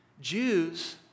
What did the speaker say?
Jews